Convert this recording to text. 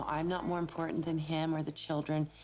i am not more important than him or the children.